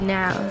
now